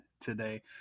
today